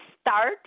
start